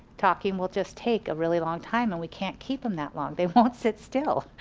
talking will just take a really long time and we can't keep em that long. they won't sit still.